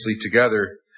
together